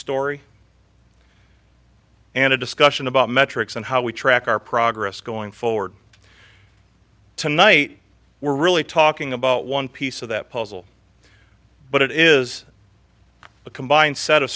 story and a discussion about metrics and how we track our progress going forward tonight we're really talking about one piece of that puzzle but it is the combined set of